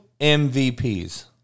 MVPs